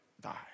die